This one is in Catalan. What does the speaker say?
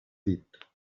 dit